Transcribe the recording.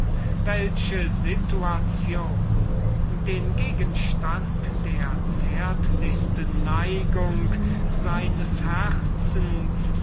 eine situation den gegenstand der zärtlichsten neigung seines herzens